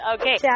Okay